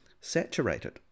saturated